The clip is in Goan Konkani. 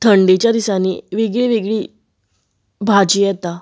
थंडेच्या दिसांनी वेगळीवेगळी भाजी येता